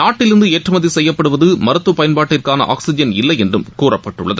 நாட்டிலிருந்து ஏற்றுமதி செய்யப்படுவது மருத்துவப் பயன்பாட்டிற்கான ஆக்சிஜன் இல்லை என்றும் கூறப்பட்டுள்ளது